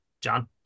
John